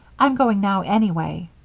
i'm going now, anyway.